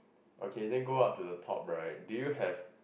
okay then go up to the top right do you have